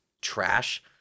trash